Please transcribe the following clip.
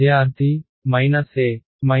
విద్యార్థి E